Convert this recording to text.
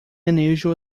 unusual